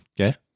Okay